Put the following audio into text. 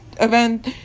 Event